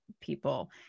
people